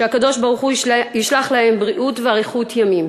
שהקדוש-ברוך-הוא ישלח להם בריאות ואריכות ימים,